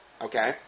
Okay